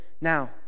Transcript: Now